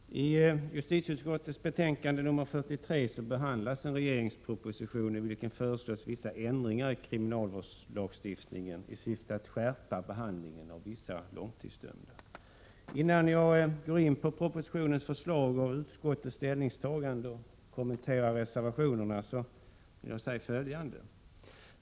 Herr talman! I justitieutskottets betänkande nr 43 behandlas en regeringsproposition i vilken föreslås vissa ändringar i kriminalvårdlagsstiftningen i syfte att skärpa behandlingen av vissa långtidsdömda. Innan jag går in på förslagen i propositionen och utskottets ställningstagande och kommenterar reservationerna vill jag säga följande.